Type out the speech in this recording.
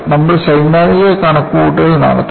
നമ്മൾ സൈദ്ധാന്തിക കണക്കുകൂട്ടൽ നടത്തും